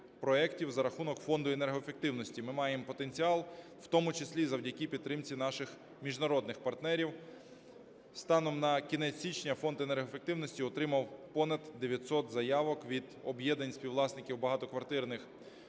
за рахунок Фонду енергоефективності ми маємо потенціал, в тому числі завдяки підтримці наших міжнародних партнерів. Станом на кінець січня Фонд енергоефективності отримав понад 900 заявок від об'єднань співвласників багатоквартирних